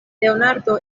leonardo